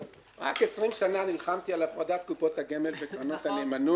רק 20 שנה נלחמתי על הפרדת קופות הגמל וקרנות הנאמנות.